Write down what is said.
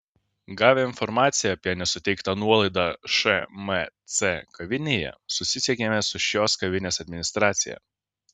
gavę informaciją apie nesuteiktą nuolaidą šmc kavinėje susisiekėme su šios kavinės administracija